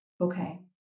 okay